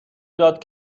داد